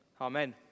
Amen